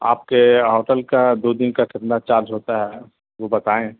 آپ کے ہوٹل کا دو دن کا کتنا چارج ہوتا ہے وہ بتائیں